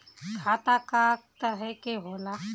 खाता क तरह के होला?